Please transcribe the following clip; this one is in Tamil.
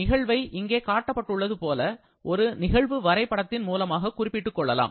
நிகழ்வை இங்கே காட்டப்பட்டுள்ளது போல ஒரு நிகழ்வு வரை படத்தின் மூலமாக குறிப்பிட்டுக் கொள்ளலாம்